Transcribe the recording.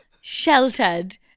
sheltered